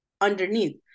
underneath